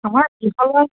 নহয়